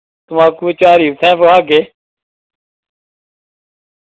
तम्बाकू झारी उत्थै गै भखागे